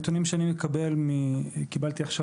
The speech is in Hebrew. הדיונים שאני קיבלתי עכשיו,